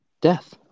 death